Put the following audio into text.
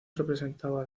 representaba